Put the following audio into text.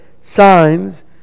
signs